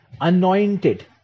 anointed